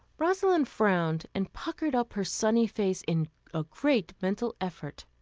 rosalind frowned and puckered up her sunny face in a great mental effort.